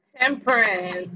Temperance